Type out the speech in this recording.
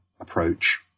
approach